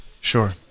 Sure